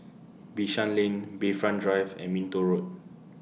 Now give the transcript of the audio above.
Bishan Lane Bayfront Drive and Minto Road